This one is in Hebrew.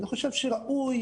אני חושב שראוי,